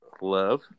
love